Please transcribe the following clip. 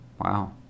wow